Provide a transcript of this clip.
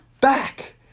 back